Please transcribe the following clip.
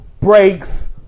Breaks